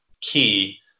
key